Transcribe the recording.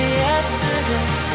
yesterday